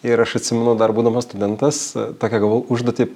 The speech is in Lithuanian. ir aš atsimenu dar būdamas studentas tokią gavau užduotį